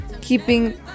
keeping